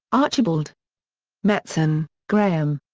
archibald metson, graham.